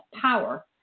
power